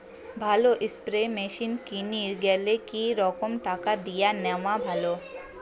ভালো spray machine কিনির গেলে কি রকম টাকা দিয়া নেওয়া ভালো?